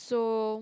so